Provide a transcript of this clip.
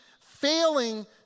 failing